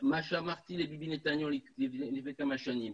מה שאמרתי לביבי נתניהו לפני כמה שנים,